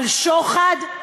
על שוחד,